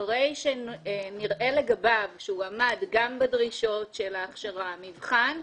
אחרי שנראה לגביו שהוא עמד בדרישות של ההכשרה ובמבחן,